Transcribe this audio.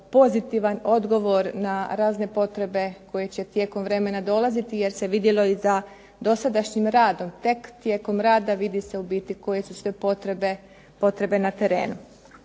pozitivan odgovor na razne potrebe koje će tijekom vremena dolaziti, jer se vidjelo da dosadašnjim radom tek tijekom rada vidi se u biti koje su sve potrebe na terenu.